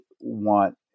want